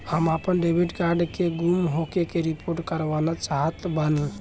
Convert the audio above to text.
हम आपन debit card के गुम होखे के रिपोर्ट करवाना चाहत बानी